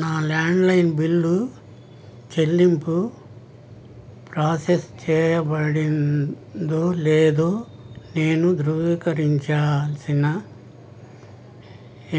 నా landline bill చెల్లింపు process చేయబడిందో లేదో నేను ధృవీకరించాల్సిన